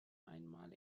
einmal